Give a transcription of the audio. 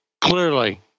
clearly